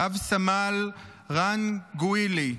רב-סמל רן גווילי,